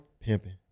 pimping